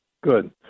Good